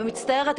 אני מצטערת,